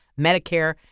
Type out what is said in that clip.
Medicare